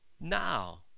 now